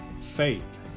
faith